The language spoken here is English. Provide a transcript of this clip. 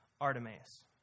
Artemis